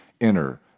enter